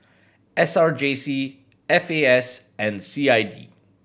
S R J C F A S and C I D